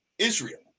Israel